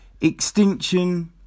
extinction